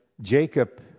Jacob